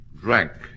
drank